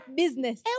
business